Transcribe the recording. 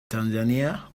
tanzania